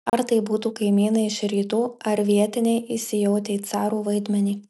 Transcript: ar tai būtų kaimynai iš rytų ar vietiniai įsijautę į carų vaidmenį